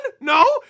No